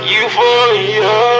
Euphoria